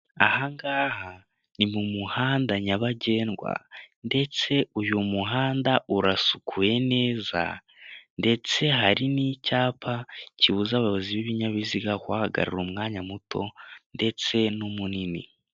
Aha ngaha ni mu muhanda nyabagendwa, ndetse uyu muhanda urasukuye neza, ndetse hari icyapa kibuza abayobozi b'ibinyabiziga kuhahagarara umwanya muto ndetse n'umunini.